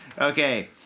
Okay